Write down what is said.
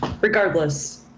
regardless